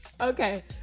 Okay